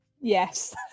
Yes